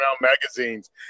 magazines